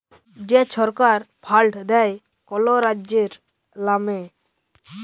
যে ছরকার ফাল্ড দেয় কল রাজ্যের লামে